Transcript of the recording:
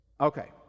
Okay